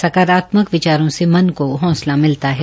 सकारात्मक विचारों से मन को हौंसला मिलता है